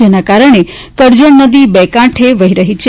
જેના કારણે કરજણ નદી બે કાંઠે વહી રહી છે